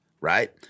right